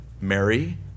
Mary